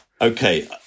Okay